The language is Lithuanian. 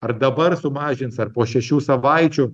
ar dabar sumažins ar po šešių savaičių